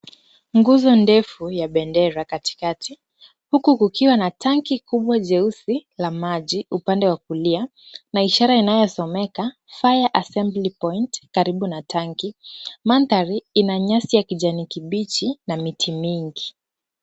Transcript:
Nguzo ndefu ya bendera katikati, huku kukiwa na tangi kubwa jeusi la maji upande wa kulia na ishara inayosomeka ire assembly point karibu na tangi . Mandhari ina nyasi ya kijani kibichi na miti mingi.